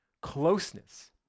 closeness